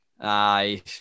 Aye